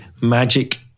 Magic